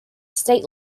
state